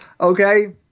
okay